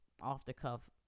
off-the-cuff